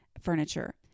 furniture